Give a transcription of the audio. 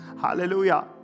Hallelujah